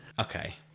Okay